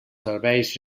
serveis